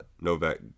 Novak